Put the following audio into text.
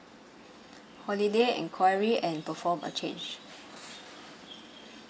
holiday enquiry and perform a change